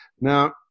Now